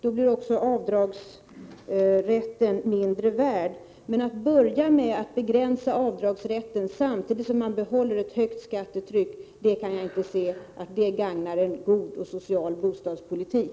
Då blir också avdragsrätten mindre värd. Men att börja med att begränsa avdragsrätten samtidigt som man behåller ett högt skattetryck — det kan inte gagna en god och social bostadspolitik.